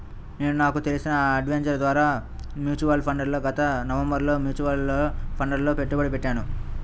నేను నాకు తెలిసిన అడ్వైజర్ ద్వారా మ్యూచువల్ ఫండ్లలో గత నవంబరులో మ్యూచువల్ ఫండ్లలలో పెట్టుబడి పెట్టాను